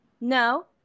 no